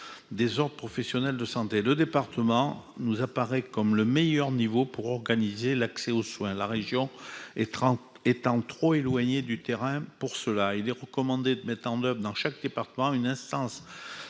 des ordres professionnels concernés. Le département apparaît comme le meilleur niveau pour organiser l'accès aux soins, la région étant trop éloignée du terrain pour cela. Il est ainsi recommandé de mettre en oeuvre dans chaque département une instance